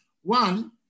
one